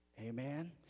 Amen